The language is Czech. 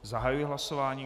Zahajuji hlasování.